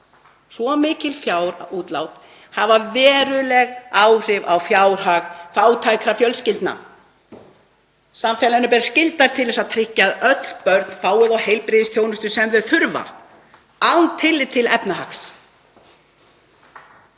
Svo mikil fjárútlát hafa veruleg áhrif á fjárhag fátækra fjölskyldna. Samfélaginu ber skylda til að tryggja að öll börn fái þá heilbrigðisþjónustu sem þau þurfa án tillits til efnahags.